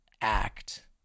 act